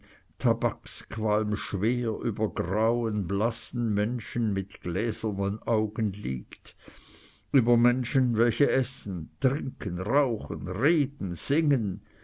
tabaksqualm schwer über grauen blassen menschen mit gläsernen augen liegt über menschen welche essen trinken rauchen reden singen